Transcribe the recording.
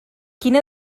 quina